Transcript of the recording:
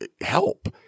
help